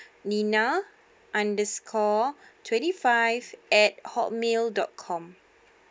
nina underscore twenty five at hot mail dot com